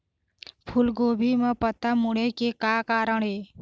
फूलगोभी म पत्ता मुड़े के का कारण ये?